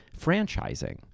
franchising